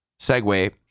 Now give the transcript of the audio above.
segue